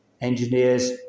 engineers